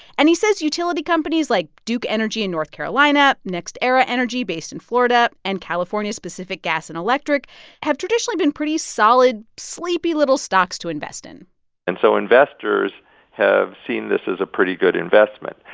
and he says utility companies like duke energy in north carolina, nextera energy based in florida and california pacific gas and electric have traditionally been pretty solid, sleepy little stocks to invest in and so investors have seen this as a pretty good investment,